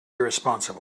irresponsible